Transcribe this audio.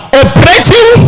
operating